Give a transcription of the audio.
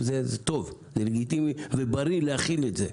זה טוב, זה לגיטימי ובריא להכיל את זה.